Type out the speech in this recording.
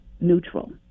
neutral